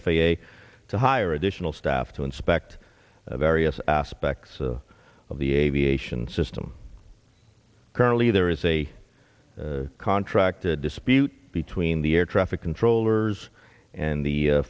a to hire additional staff to inspect various aspects of the aviation system currently there is a contracted dispute between the air traffic controllers and the